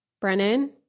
Brennan